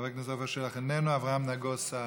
עפר שלח, איננו, אברהם נגוסה,